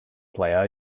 player